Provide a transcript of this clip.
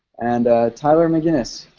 and tyler mcginnis.